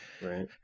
Right